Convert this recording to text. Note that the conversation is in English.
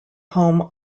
home